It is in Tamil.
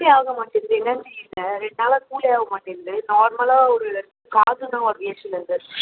கூலே ஆக மாட்டேங்கிது என்னென்னு தெரியலை ரெண்டு நாளாக கூலே ஆக மாட்டேங்கிது நார்மலாக ஒரு காற்று தான் வருது ஏசியிலேருந்து